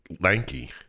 lanky